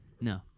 No